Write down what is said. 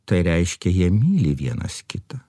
tai reiškia jie myli vienas kitą